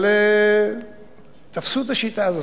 אבל תפסו את השיטה הזו.